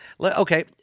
Okay